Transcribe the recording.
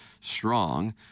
strong